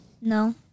No